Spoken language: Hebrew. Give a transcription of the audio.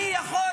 אני יכול הכול.